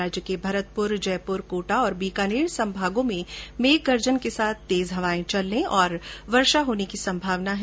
राज्य के भरतपुर जयपुर कोटा और बीकानेर संभागों में मेघ गर्जन के साथ तेज हवायें चलने और वर्षा होने की संभावना है